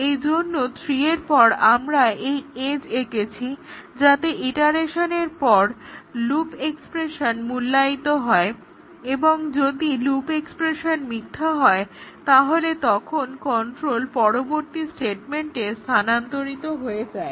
সেইজন্য 3 এর পর আমরা এই এজ্ এঁকেছি যাতে ইটারেশনের পর লুপ এক্সপ্রেশন মূল্যায়িত হয় এবং যদি লুপ এক্সপ্রেশন মিথ্যা হয় তাহলে তখন কন্ট্রোল পরবর্তী স্টেটেমেন্টে স্থানান্তরিত হয়ে যায়